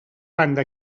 banda